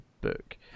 book